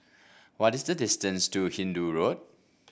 what is the distance to Hindoo Road